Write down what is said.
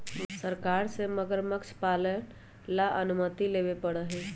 सरकार से मगरमच्छ पालन ला अनुमति लेवे पडड़ा हई